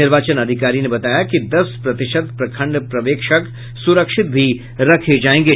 निर्वाचन अधिकारी ने बताया कि दस प्रतिशत प्रखंड पर्यवेक्षक सुरक्षित भी रखे जायेंगे